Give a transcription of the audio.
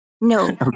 no